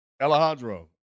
Alejandro